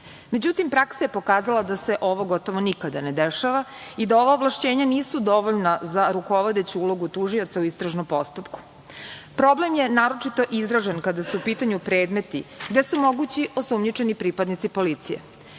Međutim praksa je pokazala da se ovo gotovo nikada ne dešava i da ova ovlašćenja nisu dovoljna za rukovodeću ulogu tužioca u istražnom postupku. Problem je naročito izražen kada su u pitanju predmeti, gde su mogući osumnjičeni pripadnici policije,